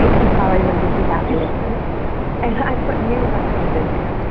you probably wouldn't be too happy with me and i put new lenses in there,